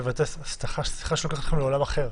סליחה שאני לוקח אתכם לעולם אחר.